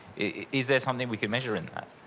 is there something we could measure in that?